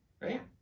right